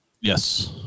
Yes